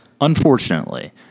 Unfortunately